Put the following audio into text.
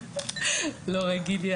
לא רגיל לי